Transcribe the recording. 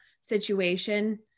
situation